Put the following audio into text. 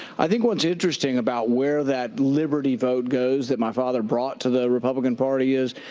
i think what's interesting about where that liberty vote goes that my father brought to the republican party is,